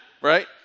right